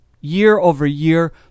year-over-year